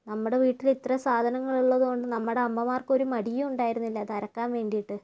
നമ്മുടെ വീട്ടില് ഇത്രയും സാധനങ്ങള് ഉള്ളതുകൊണ്ട് നമ്മുടെ അമ്മമാർക്ക് ഒരു മടിയും ഉണ്ടായിരുന്നില്ല അതരയ്ക്കാൻ വേണ്ടിയിട്ട്